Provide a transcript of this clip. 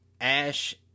Ash